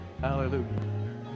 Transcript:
Hallelujah